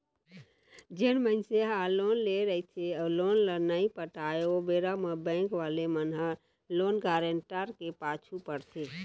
जेन मनसे ह लोन लेय रहिथे अउ लोन ल नइ पटाव ओ बेरा म बेंक वाले मन ह लोन गारेंटर के पाछू पड़थे